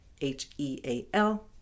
H-E-A-L